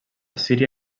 síria